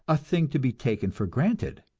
a thing to be taken for granted.